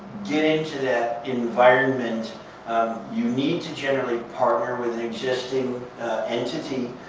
get into that environment of you need to generate partner with an existing entity.